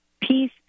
Peace